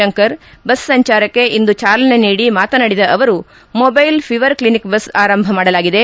Shankar bus ಸಂಚಾರಕ್ಕೆ ಇಂದು ಚಾಲನೆ ನೀಡಿ ಮಾತನಾಡಿದ ಅವರು ಮೊಬ್ಲೆಲ್ ಫೀವರ್ ಕ್ಷಿನಿಕ್ ಬಸ್ ಆರಂಭ ಮಾಡಲಾಗಿದೆ